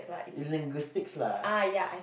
in linguistics lah